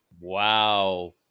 Wow